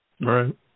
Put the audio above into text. right